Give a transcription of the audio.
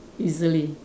easily